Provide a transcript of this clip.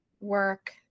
work